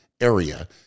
area